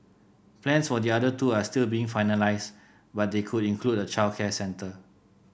plans for the other two are still being finalised but they could include a childcare centre